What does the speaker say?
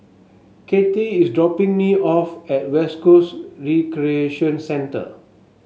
Kittie is dropping me off at West Coast Recreation Centre